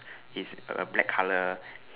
is a black colour